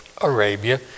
Arabia